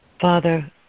Father